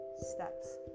steps